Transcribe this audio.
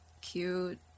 cute